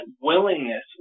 willingness